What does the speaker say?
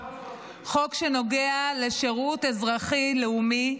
חוק שנוגע לשירות אזרחי-לאומי,